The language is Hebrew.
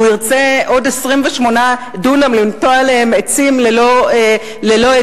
אם הוא ירצה עוד 28 דונם לנטוע עליהם עצים ללא היתר,